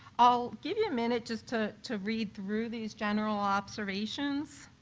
i'll give you a minute just to to read through these general observations